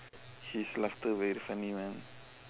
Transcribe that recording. his laughter very funny man